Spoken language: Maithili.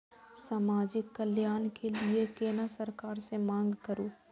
समाजिक कल्याण के लीऐ केना सरकार से मांग करु?